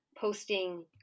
posting